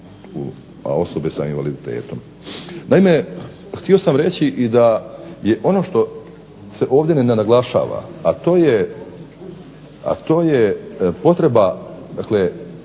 Naime, htio sam reći da je ono što se ovdje ne naglašava, a to je potreba